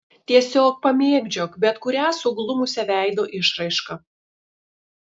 tiesiog pamėgdžiok bet kurią suglumusią veido išraišką